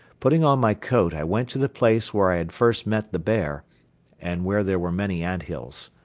putting on my coat i went to the place where i had first met the bear and where there were many ant-hills.